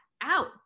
out